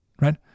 right